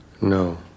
No